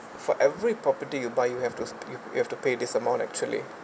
for every property you buy you have to you you have to pay this amount actually